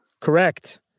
Correct